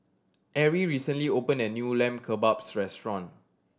Arrie recently open a new Lamb Kebabs Restaurant